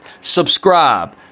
Subscribe